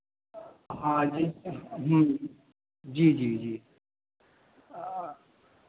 हाँ जैसे जी जी जी